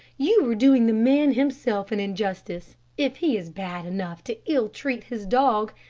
you are doing the man himself an injustice. if he is bad enough to ill-treat his dog,